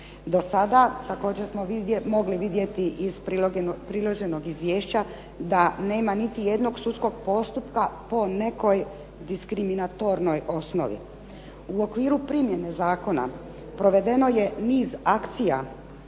Do sada također smo mogli vidjeti iz priloženog izvješća, da nema niti jednog sudskog postupka po nekoj diskriminatornoj osnovici. U okviru primjene zakona provedeno je niz akcija